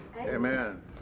Amen